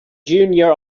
junior